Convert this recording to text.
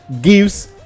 gives